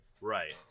Right